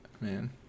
Man